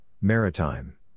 Maritime